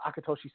Akatoshi